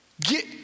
Get